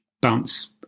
bounce